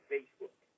Facebook